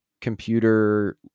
computer